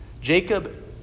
Jacob